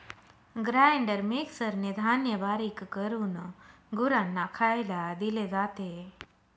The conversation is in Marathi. ग्राइंडर मिक्सरने धान्य बारीक करून गुरांना खायला दिले जाते